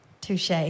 touche